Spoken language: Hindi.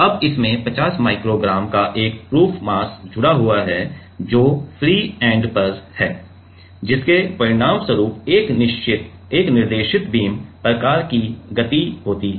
अब इसमें 50 माइक्रो ग्राम का एक प्रूफ मास जुड़ा हुआ है जो फ्री एंड है जिसके परिणामस्वरूप एक निर्देशित बीम प्रकार की गति होती है